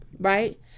right